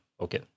okay